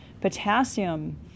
potassium